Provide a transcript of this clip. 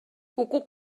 укук